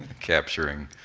capturing